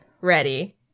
ready